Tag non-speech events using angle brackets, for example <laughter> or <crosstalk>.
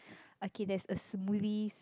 <breath> okay there's a smoothies